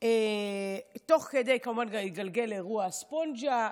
ותוך כדי, כמובן, התגלגל אירוע הספונג'ה.